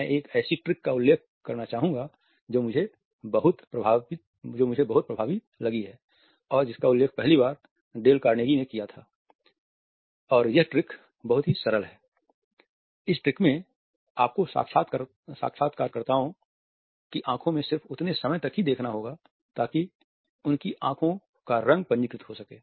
मैं एक ऐसी ट्रिक का उल्लेख करना चाहूँगा जो मुझे बहुत प्रभावी लगी है और जिसका उल्लेख पहली बार डेल कार्नेगी ने किया था और यह ट्रिक बहुत सरल है इस ट्रिक में आपको साक्षात्कारकर्ताओं की आंखों में सिर्फ उतने समय तक ही देखना होगा ताकि उनकी की आंखों का रंग पंजीकृत हो सके